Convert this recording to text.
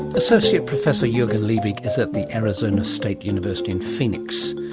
associate professor jurgen liebig is at the arizona state university in phoenix.